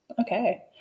Okay